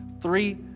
Three